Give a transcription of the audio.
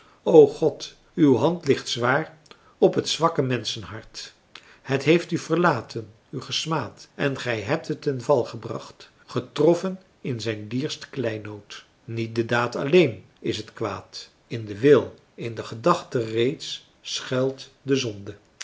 god uw hand ligt zwaar op het zwakke menschenhart het heeft u verlaten u gesmaad en gij hebt het ten val gebracht getroffen in zijn dierst kleinood niet de daad alleen is het kwaad in den wil in de gedachte reeds schuilt de zonde